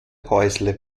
häusle